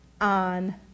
on